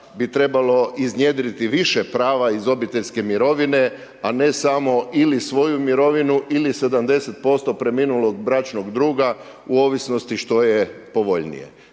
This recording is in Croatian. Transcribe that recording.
bi trebalo iznjedriti više prava iz obiteljske mirovine a ne samo ili svoju mirovinu ili 70% preminulog bračnog druga u ovisnosti što je povoljnije.